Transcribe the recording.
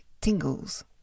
tingles